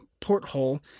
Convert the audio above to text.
porthole